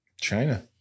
China